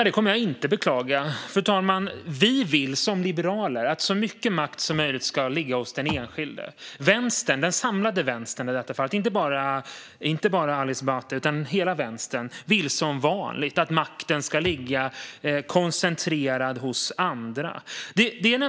Fru talman! Det kommer jag inte att beklaga. Vi i Liberalerna vill att så mycket makt som möjligt ska ligga hos den enskilde. Den samlade vänstern - inte bara Ali Esbati - vill som vanligt att makten ska ligga koncentrerad hos andra.